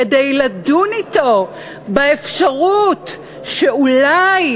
כדי לדון אתו באפשרות שאולי,